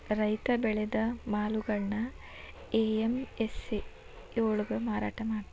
ರೈತ ಬೆಳೆದ ಮಾಲುಗಳ್ನಾ ಎ.ಪಿ.ಎಂ.ಸಿ ಯೊಳ್ಗ ಮಾರಾಟಮಾಡ್ತಾರ್